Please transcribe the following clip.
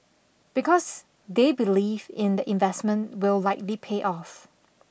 because they believe in the investment will likely pay off